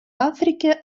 африке